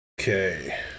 Okay